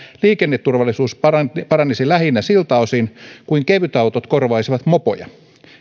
liikenneturvallisuus paranisi paranisi lähinnä siltä osin kuin kevytautot korvaisivat mopoja